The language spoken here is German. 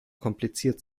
kompliziert